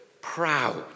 Proud